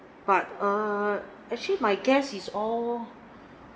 but err actually my guest is all